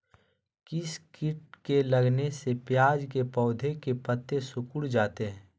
किस किट के लगने से प्याज के पौधे के पत्ते सिकुड़ जाता है?